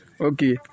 Okay